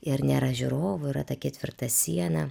ir nėra žiūrovų yra ta ketvirta siena